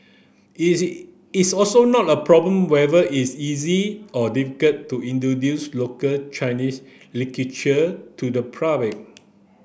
it's also not a problem whether it's easy or difficult to introduce local Chinese literature to the public